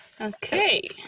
Okay